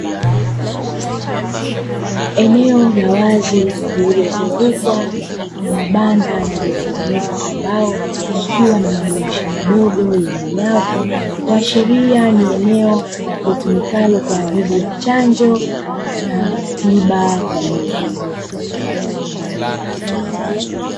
Eneo la wazi lililozungukwa na mabanda yaliyotengenezwa kwa mbao yakiwa na madirisha madogo yenye nyavu kuashiria ni eneo litumikalo kwa ajili ya chanjo na tiba kwa mifugo.